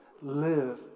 live